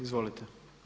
Izvolite.